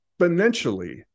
exponentially